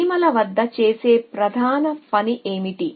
చీమల వద్ద చేసే ప్రధాన పని ఏమిటి